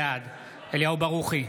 בעד אליהו ברוכי,